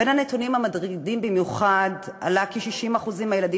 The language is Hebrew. בין הנתונים המטרידים במיוחד עלה כי 60% מהילדים